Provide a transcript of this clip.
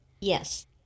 Yes